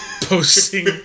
posting